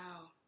Wow